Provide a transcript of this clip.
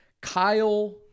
Kyle